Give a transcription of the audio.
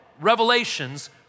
revelations